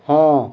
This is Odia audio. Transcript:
ହଁ